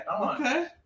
Okay